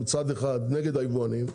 מצד אחד נגד היבואנים,